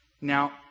Now